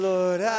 Lord